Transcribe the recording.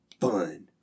fun